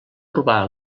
urbà